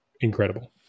incredible